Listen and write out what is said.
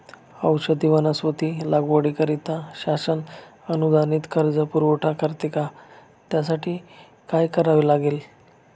औषधी वनस्पती लागवडीकरिता शासन अनुदानित कर्ज पुरवठा करते का? त्यासाठी काय करावे लागेल?